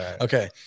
Okay